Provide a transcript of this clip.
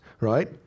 right